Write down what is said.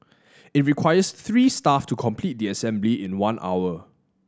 it requires three staff to complete the assembly in one hour